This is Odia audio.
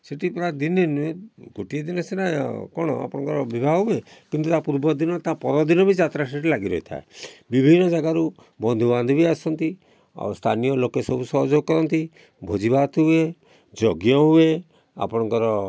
ସେଠି ପୁରା ଦିନେ ନୁହେଁ ଗୋଟିଏ ଦିନ ସିନା କ'ଣ ଆପଣଙ୍କର ବିବାହ ହୁଏ କିନ୍ତୁ ତାର ପୂର୍ବ ଦିନ ତା ପରଦିନ ବି ଯାତ୍ରା ସେଠି ଲାଗି ରହିଥାଏ ବିଭିନ୍ନ ଜାଗାରୁ ବନ୍ଧୁ ବାନ୍ଧବ ବି ଆସନ୍ତି ଆଉ ସ୍ଥାନୀୟ ଲୋକେ ସବୁ ସହଯୋଗ କରନ୍ତି ଭୋଜି ଭାତ ହୁଏ ଯଜ୍ଞ ହୁଏ ଆପଣଙ୍କର